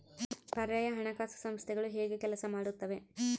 ಪರ್ಯಾಯ ಹಣಕಾಸು ಸಂಸ್ಥೆಗಳು ಹೇಗೆ ಕೆಲಸ ಮಾಡುತ್ತವೆ?